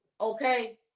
okay